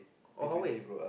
oh Huawei